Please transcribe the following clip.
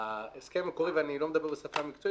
ההסכם המקורי, ואני לא מדבר בשפה